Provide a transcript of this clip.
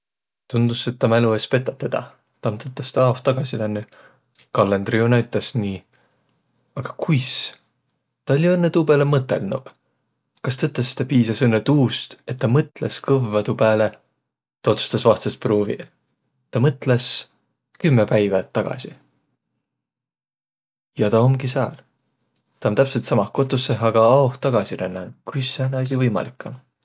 Tunnus, et tä mälo es petäq tedä. Tä om tõtõstõ aoh tagasi lännüq, kallendri jo näütäs nii. Aga kuis? Tä oll' jo õnnõ tuu pääle mõtõlnuq. Kas tõtõstõ piisas õnnõ tuust, et tä mõtlõs kõvva tuu pääle? Tä otsustas vahtsõst pruuviq. Tä mõtlõs kümme päivä tagasi. Ja tä omgi sääl. Tä om täpselt samah kotussõh, a aoh tagasi rännänüq. Kuis sääne asi võimalik om?